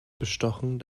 bestochen